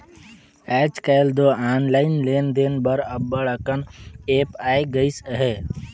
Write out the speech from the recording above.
आएज काएल दो ऑनलाईन लेन देन बर अब्बड़ अकन ऐप आए गइस अहे